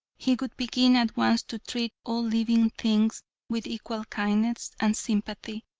he would begin at once to treat all living things with equal kindness and sympathy.